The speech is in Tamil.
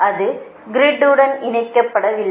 அது கிரிட் உடன் இணைக்கப்படவில்லை